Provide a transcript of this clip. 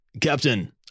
Captain